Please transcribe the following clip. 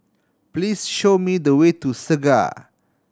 please show me the way to Segar